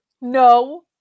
No